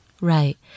Right